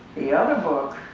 the other book,